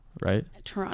Right